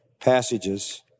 passages